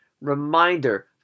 reminder